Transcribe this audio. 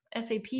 SAP